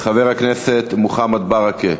חבר הכנסת מוחמד ברכה,